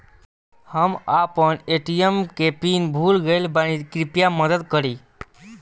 हम आपन ए.टी.एम के पीन भूल गइल बानी कृपया मदद करी